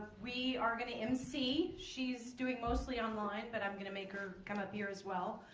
we are gonna emcee. she's doing mostly online, but i'm gonna make her come up here as well.